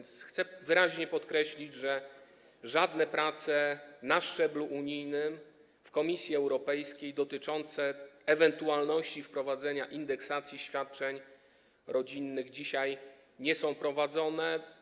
Chcę więc wyraźnie podkreślić, że żadne prace na szczeblu unijnym w Komisji Europejskiej dotyczące ewentualnego wprowadzenia indeksacji świadczeń rodzinnych dzisiaj nie są prowadzone.